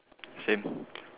same